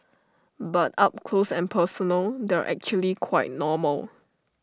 but up close and personal they're actually quite normal